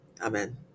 Amen